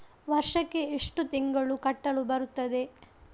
ವರ್ಷಕ್ಕೆ ಎಷ್ಟು ತಿಂಗಳು ಕಟ್ಟಲು ಬರುತ್ತದೆ?